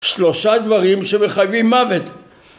שלושה דברים שמחייבים מוות